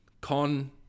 con